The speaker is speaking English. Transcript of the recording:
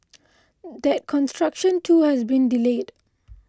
that construction too has been delayed